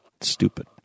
Stupid